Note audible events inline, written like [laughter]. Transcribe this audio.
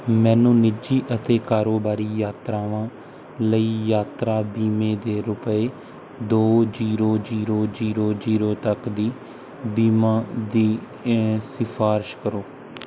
ਮੈਨੂੰ ਨਿੱਜੀ ਅਤੇ ਕਾਰੋਬਾਰੀ ਯਾਤਰਾਵਾਂ ਲਈ ਯਾਤਰਾ ਬੀਮੇ ਦੀ ਰੁਪਏ ਦੋ ਜੀਰੋ ਜੀਰੋ ਜੀਰੋ ਜੀਰੋ ਤੱਕ ਦੀ ਬੀਮਾ ਦੀ [unintelligible] ਸਿਫ਼ਾਰਸ਼ ਕਰੋ